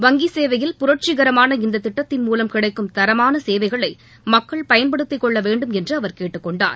வங்கி சேவையில் புரட்சிகரமான இந்த திட்டத்தின் மூவம் கிடைக்கும் தரமான சேவைகளை மக்கள் பயன்படுத்திக்கொள்ளவேண்டும் என்று அவர் கேட்டுக்கொண்டார்